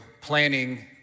planning